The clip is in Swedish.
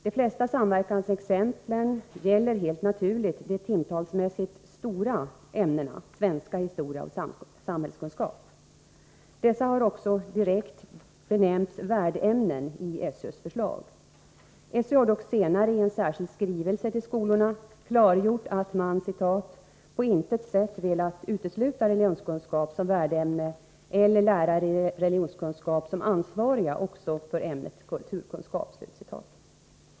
De flesta samverkansexemplen gäller helt naturligt de timtalsmässigt ”stora” ämnena svenska, historia och samhällskunskap. Dessa har också direkt benämnts värdämnen i SÖ:s förslag. SÖ har dock senare i en särskild skrivelse till skolorna klargjort att man ”på intet sätt velat utesluta religionskunskap som värdämne eller lärare i religionskunskap som ansvariga också för ämnet kulturkunskap”.